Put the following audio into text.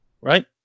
right